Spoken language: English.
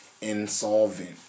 insolvent